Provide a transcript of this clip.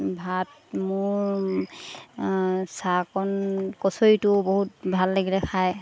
ভাত মোৰ চাহকণ কচৰিটো বহুত ভাল লাগিলে খায়